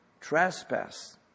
trespass